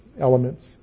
elements